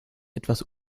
etwas